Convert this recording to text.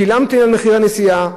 שילמתי על מחיר הנסיעה,